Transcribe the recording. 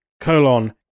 colon